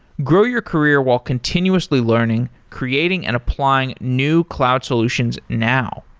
grow your career while continuously learning, creating and applying new cloud solutions now.